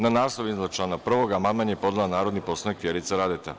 Na naslov iznad člana 1. amandman je podnela narodni poslanik Vjerica Radeta.